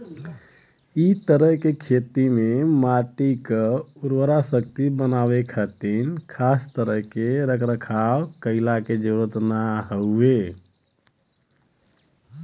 इ तरह के खेती में माटी के उर्वरता बनावे खातिर खास तरह के रख रखाव कईला के जरुरत ना हवे